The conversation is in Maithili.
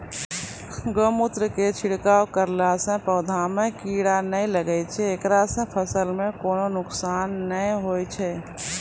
गोमुत्र के छिड़काव करला से पौधा मे कीड़ा नैय लागै छै ऐकरा से फसल मे कोनो नुकसान नैय होय छै?